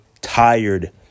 tired